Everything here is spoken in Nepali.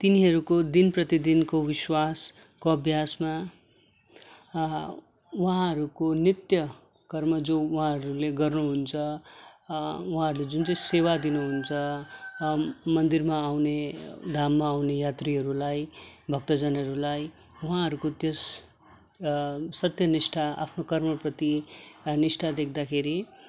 तिनीहरूको दिन प्रतिदिनको विश्वास अभ्यासमा उहाँहरूको नित्य कर्म जो उहाँहरूले गर्नु हुन्छ उहाँहरूले जुन चाहिँ सेवा दिनु हुन्छ र मन्दिरमा आउने धाममा आउने यात्रीहरूलाई भक्तजनहरूलाई उहाँहरूको त्यस सत्यनिष्ठ आफ्नो कर्मप्रति निष्ठा देख्दाखेरि